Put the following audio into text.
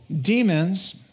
demons